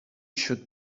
should